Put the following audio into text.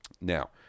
Now